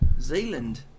Zealand